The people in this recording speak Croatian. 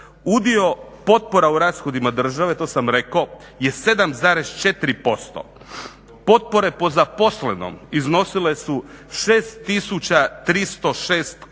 Udio potpora u rashodima države to sam rekao je 7,4%. Potpore po zaposlenom iznosile su 6306 kuna,